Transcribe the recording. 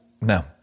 No